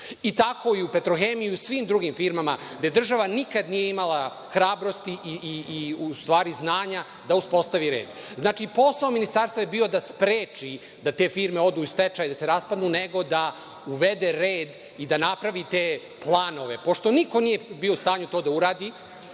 I tako i u „Petrohemiji“ i u svim drugim firmama gde država nikad nije imala hrabrosti i u stvari znanja da uspostavi red. Znači, posao ministarstva je bio da spreči da te firme odu u stečaj, da se raspadnu, nego da uvede red i napravi te planove. Pošto niko nije bio u stanju to da uradi,